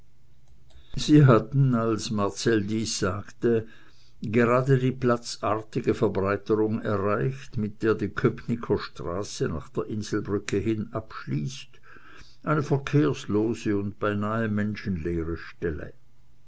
sie hatten als marcell dies sagte gerade die platzartige verbreiterung erreicht mit der die köpnicker straße nach der inselbrücke hin abschließt eine verkehrslose und beinahe menschenleere stelle